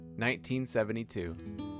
1972